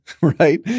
right